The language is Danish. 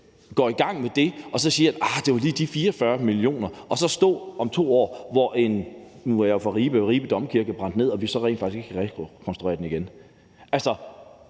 går i gang med det og så siger, at arh, det var lige de 44 mio. kr., og at vi så står om 2 år og Ribe Domkirke – nu er jeg jo fra Ribe – er brændt ned, og vi så rent faktisk ikke kan rekonstruere den. Altså,